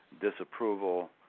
disapproval